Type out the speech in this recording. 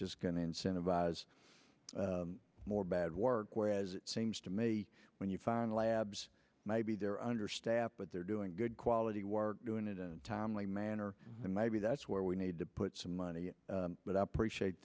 just going to incentivize more bad work whereas it seems to me when you find labs maybe they're understaffed but they're doing good quality work doing it in a timely manner maybe that's where we need to put some money but i appreciate